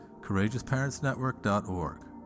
CourageousParentsNetwork.org